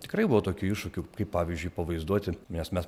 tikrai buvo tokių iššūkių kaip pavyzdžiui pavaizduoti nes mes